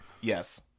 yes